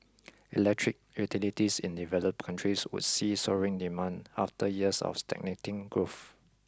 electric utilities in developed countries would see soaring demand after years of stagnating growth